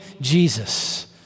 Jesus